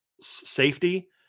safety